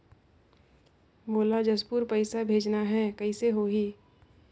मोला जशपुर पइसा भेजना हैं, कइसे होही?